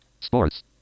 Sports